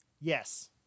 Yes